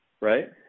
Right